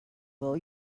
will